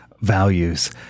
values